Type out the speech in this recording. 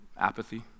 Apathy